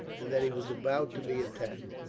and that he was about to be attacked.